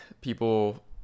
people